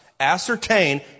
ascertain